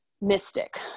mystic